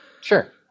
Sure